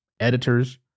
Editors